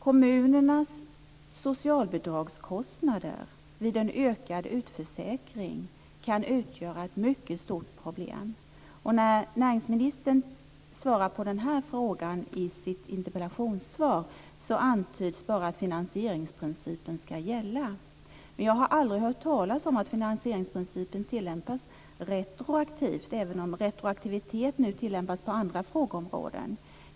Kommunernas socialbidragskostnader vid en ökad utförsäkring kan utgöra ett mycket stort problem. När näringsministern svarar på den frågan i sitt interpellationssvar antyds bara att finansieringsprincipen skall gälla. Men jag har aldrig hört talas om att finansieringsprincipen tillämpas retroaktivt - även om retroaktivitet nu tillämpas på andra frågeområden.